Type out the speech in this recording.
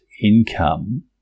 income